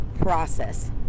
process